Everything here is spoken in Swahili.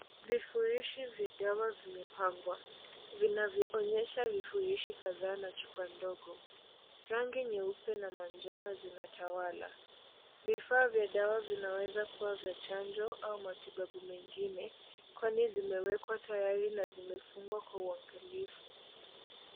Vifurushi vya dawa vimepangwa vinavyoonyesha vifurushi kadhaa na chupa ndogo. Rangi nyeupe na manjano zinatawala. Vifaa vya dawa vinaweza kuwa vya chanjo au matibabu mengine kwani zimewekwa tayari na zimefungwa kwa uangalifu.